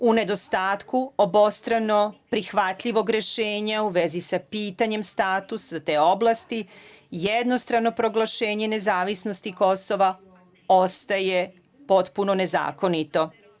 U nedostatku obostrano prihvatljivog rešenja u vezi sa pitanjem statusa te oblasti jednostrano proglašenje nezavisnosti Kosova ostaje potpuno nezakonito.